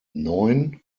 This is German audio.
neun